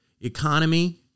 economy